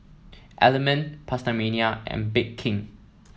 Element PastaMania and Bake King